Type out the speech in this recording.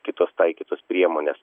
kitos taikytos priemonės